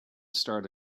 start